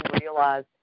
realize